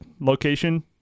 location